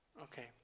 Okay